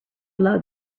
blow